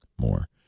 more